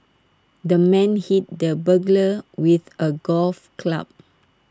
the man hit the burglar with A golf club